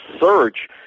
search